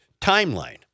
timeline